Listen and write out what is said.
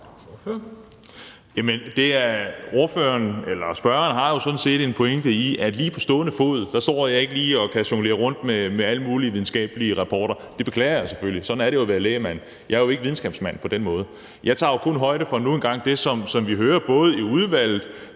Ordføreren. Kl. 11:23 Kasper Roug (S): Spørgeren har jo sådan set en pointe i, at jeg ikke lige på stående fod kan jonglere rundt med alle mulige videnskabelige rapporter. Det beklager jeg selvfølgelig, sådan er det jo at være lægmand. Jeg er jo ikke videnskabsmand på den måde. Jeg tager nu engang kun højde for det, som vi hører, både i udvalget